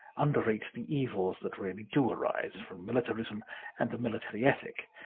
underrate the evils that really do arise from mili tarism and the military ethic.